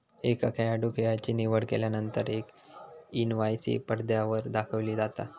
एका खेळाडूं खेळाची निवड केल्यानंतर एक इनवाईस पडद्यावर दाखविला जाता